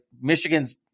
Michigan's